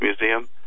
Museum